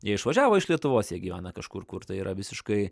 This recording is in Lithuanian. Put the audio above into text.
jie išvažiavo iš lietuvos jie gyvena kažkur kur tai yra visiškai